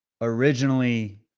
originally